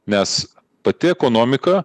nes pati ekonomika